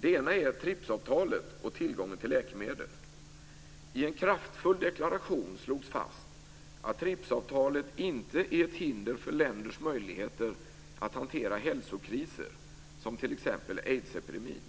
Det ena är TRIPS-avtalet och tillgången till läkemedel. I en kraftfull deklaration slogs fast att TRIPS avtalet inte är ett hinder för länders möjligheter att hantera hälsokriser som t.ex. aidsepidemin.